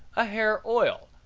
a hair oil,